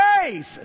faith